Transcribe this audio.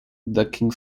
ducking